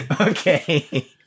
Okay